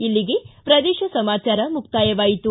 ಇಲ್ಲಿಗೆ ಪ್ರದೇಶ ಸಮಾಚಾರ ಮುಕ್ತಾಯವಾಯಿತು